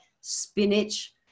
spinach